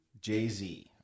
Jay-Z